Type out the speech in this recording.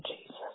Jesus